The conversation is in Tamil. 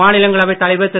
மாநிலங்களவைத் தலைவர் திரு